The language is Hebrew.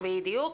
בדיוק.